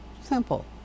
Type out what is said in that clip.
Simple